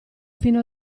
fino